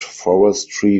forestry